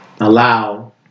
allow